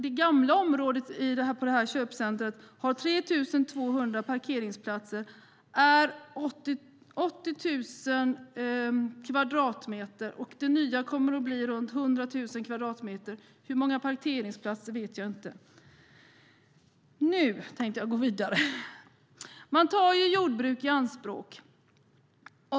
Det gamla området av det här köpcentrumet har 3 200 parkeringsplatser, och det är 80 000 kvadratmeter. Det nya kommer att bli runt 100 000 kvadratmeter, och jag vet inte hur många parkeringsplatser det kommer att bli. Man tar jordbruk i anspråk.